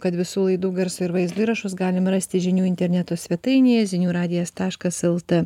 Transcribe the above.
kad visų laidų garso ir vaizdo įrašus galim rasti žinių interneto svetainėje ziniu radijas taškas lt